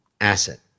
asset